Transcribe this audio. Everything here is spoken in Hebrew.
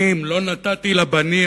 לא נתתי לבנים,